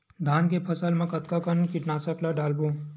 धान के फसल मा कतका कन कीटनाशक ला डलबो?